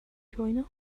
join